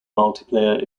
multiplayer